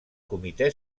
comitè